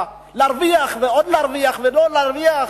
להרוויח ועוד להרוויח ועוד להרוויח,